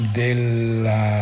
della